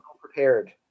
prepared